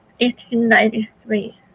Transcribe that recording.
1893